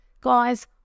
guys